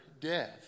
death